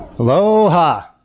Aloha